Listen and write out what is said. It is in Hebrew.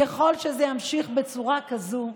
ככל שזה ימשיך בצורה כזאת,